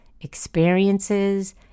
experiences